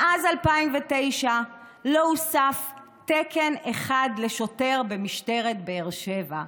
מאז 2009 לא הוסף תקן אחד לשוטר במשטרת באר שבע.